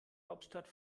hauptstadt